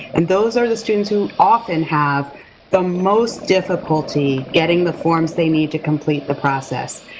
and those are the students who often have the most difficulty getting the forms they need to complete the process.